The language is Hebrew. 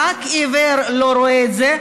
רק עיוור לא רואה את זה,